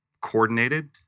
coordinated